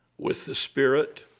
with the spirit,